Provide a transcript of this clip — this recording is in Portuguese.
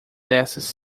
dessas